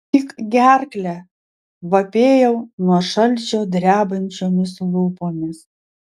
tik gerklę vapėjau nuo šalčio drebančiomis lūpomis